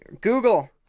Google